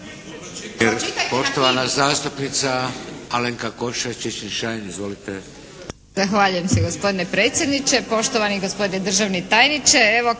Poštovana zastupnika Alenka Košiša Čičin Šain. Izvolite.